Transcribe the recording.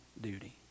duty